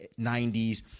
90s